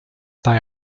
they